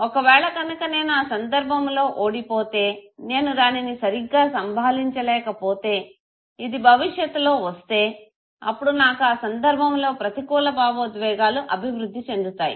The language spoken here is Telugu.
ఒక వేళ కనుక నేను ఆ సందర్భములో ఓడిపోతే నేను దానిని సరిగ్గా సంభాలించలేకపోతే ఇది భవిష్యత్తులో వస్తే అప్పుడు నాకు ఆ సందర్భములో ప్రతికూల భావోద్వేగాలు అభివృద్ధి చెందుతాయి